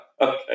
Okay